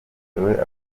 twiyubaka